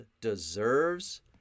deserves